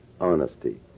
honesty